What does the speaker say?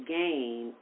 gain